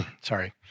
Sorry